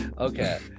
Okay